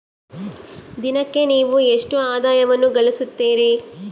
ದಿನಕ್ಕೆ ನೇವು ಎಷ್ಟು ಆದಾಯವನ್ನು ಗಳಿಸುತ್ತೇರಿ?